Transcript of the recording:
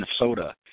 Minnesota